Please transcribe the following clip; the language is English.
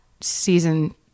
season